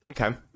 Okay